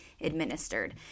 administered